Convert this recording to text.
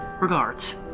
Regards